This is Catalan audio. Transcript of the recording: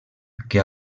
que